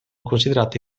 considerate